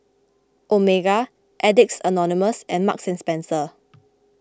Omega Addicts Anonymous and Marks and Spencer